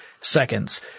seconds